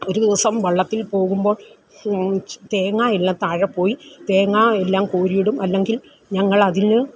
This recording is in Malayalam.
ഒരു ദിവസം വള്ളത്തിൽ പോകുമ്പോൾ തേങ്ങയെല്ലാം താഴെ പോയി തേങ്ങാ എല്ലാം കോരിയിടും അല്ലെങ്കിൽ ഞങ്ങളതിൽ